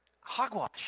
Hogwash